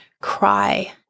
cry